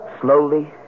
Slowly